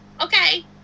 Okay